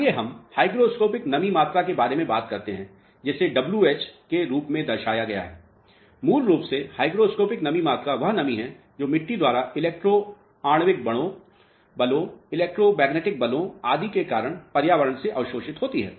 आइए हम हाइग्रोस्कोपिक नमी मात्रा के बारे में बात करते हैं जिसे डब्ल्यू एच wh के रूप में दर्शाया गया है मूल रूप से हाइग्रोस्कोपिक नमी मात्रा वह नमी है जो मिट्टी द्वारा इलेक्ट्रो आणविक बलों इलेक्ट्रोमैग्नेटिक बलों आदि के कारण पर्यावरण से अवशोषित होती है